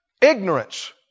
Ignorance